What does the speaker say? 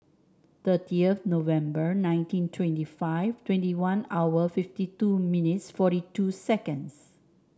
thirtieth November nineteen twenty five twenty one hour fifty two minutes forty two seconds